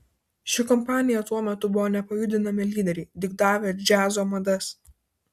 ši kompanija tuo metu buvo nepajudinami lyderiai diktavę džiazo madas